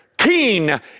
keen